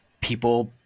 people